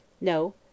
No